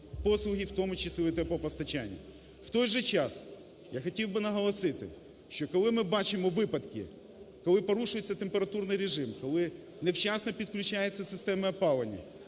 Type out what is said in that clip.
послуги, в тому числі по теплопостачанню. В той же час, я хотів би наголосити, що коли ми бачимо випадки, коли порушується температурний режим, коли невчасно підключаються системи опалення,